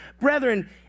Brethren